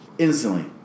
instantly